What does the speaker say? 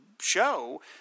show